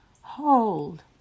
hold